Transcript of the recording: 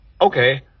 okay